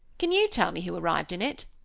can you tell me who arrived in it?